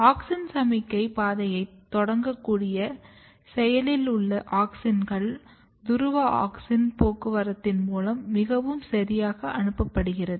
auxin சமிக்ஞை பாதையைத் தொடங்கக்கூடிய செயலில் உள்ள ஆக்ஸின்கள் துருவ ஆக்ஸின் போக்குவரத்தின் மூலம் மிகவும் சரியாக அனுப்பப்படுகிறது